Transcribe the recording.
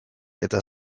eta